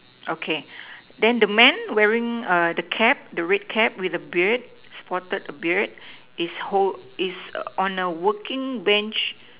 okay then the man wearing err the cap the red cap with a beard spotted a beard is hold is on a working Bench